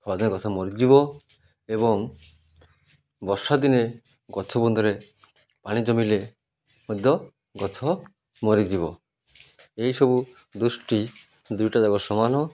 ଖରା ଦିନେ ଗଛ ମରିଯିବ ଏବଂ ବର୍ଷା ଦିନେ ଗଛ ବନ୍ଧରେ ପାଣି ଜମିଲେ ମଧ୍ୟ ଗଛ ମରିଯିବ ଏହିସବୁ ଦୃଷ୍ଟି ଦୁଇଟା ଯାକ ସମାନ